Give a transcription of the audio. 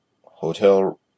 hotel